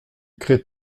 crée